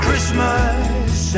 Christmas